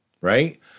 right